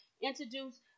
introduce